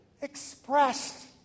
expressed